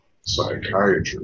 psychiatry